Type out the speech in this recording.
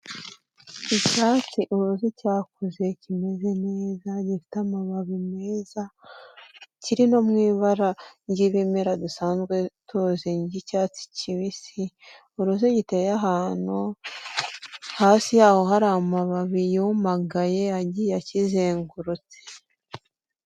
Icyatsi uruzi cyakuze kimeze neza gifite amababi meza kiri no mu ibara ry'ibimera dusanzwe tuzi y'icyatsi kibisi, uruzi giteye ahantu hasi yaho hari amababi yumagaye yagiye akizengurutse.